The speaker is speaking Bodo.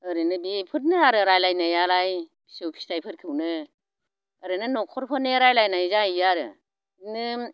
ओरैनो बेफोरनो आरो रायज्लायनायालाय फिसौ फिथाइफोरखौनो ओरैनो न'खरफोरनि रायज्लायनाय जायो आरो बिदिनो